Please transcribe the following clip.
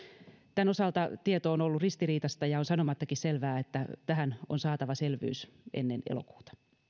tämän osalta tieto on ollut ristiriitaista ja on sanomattakin selvää että tähän on saatava selvyys ennen elokuuta